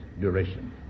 duration